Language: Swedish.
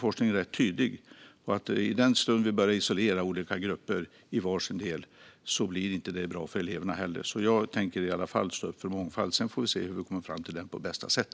Forskningen är rätt tydlig i att i den stund vi börjar isolera olika grupper i varsin del blir det inte bra för eleverna. Jag tänker i alla fall stå upp för mångfald. Sedan får vi se hur vi kommer fram till den på bästa sätt.